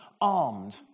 armed